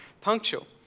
punctual